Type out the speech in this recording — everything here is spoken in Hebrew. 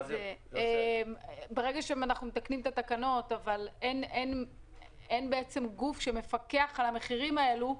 אנחנו מתקנים את התקנות אבל בעצם אין גוף שמפקח על המחירים האלו.